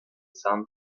sun